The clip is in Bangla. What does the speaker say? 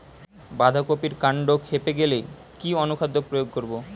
বাঁধা কপির কান্ড ফেঁপে গেলে কি অনুখাদ্য প্রয়োগ করব?